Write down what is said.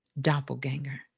doppelganger